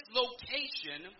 location